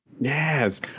Yes